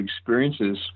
experiences